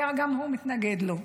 גם הוא היה מתנגד לו,